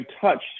touched